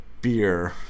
beer